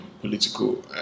political